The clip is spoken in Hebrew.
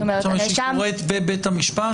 היא קורית בבית המשפט?